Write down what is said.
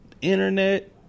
internet